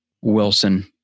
Wilson